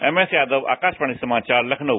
MS Yadav Akashvani समाचार लखनऊ